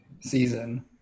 season